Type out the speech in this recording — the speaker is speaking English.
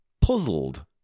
Puzzled